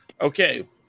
Okay